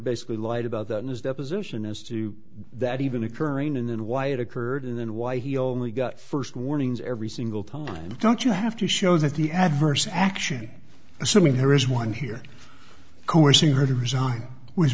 basically lied about that in his deposition as to that even occurring and then why it occurred and why he only got first warnings every single time don't you have to show that the adverse action assuming there is one here coercing her to resign w